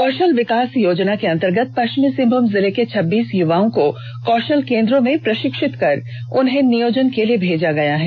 कौषल विकास योजना के अंतर्गत पष्चिमी सिंहभूम जिले के छब्बीस युवाओं को कौषल केंद्रों में प्रषिक्षित कर उन्हें नियोजन के लिए भेजा गया है